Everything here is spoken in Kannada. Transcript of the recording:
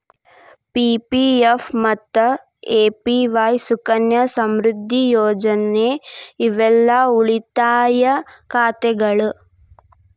ಪಿ.ಪಿ.ಎಫ್ ಮತ್ತ ಎ.ಪಿ.ವಾಯ್ ಸುಕನ್ಯಾ ಸಮೃದ್ಧಿ ಯೋಜನೆ ಇವೆಲ್ಲಾ ಉಳಿತಾಯ ಖಾತೆಗಳ